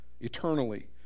Eternally